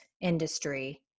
industry